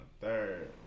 third